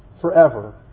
forever